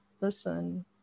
listen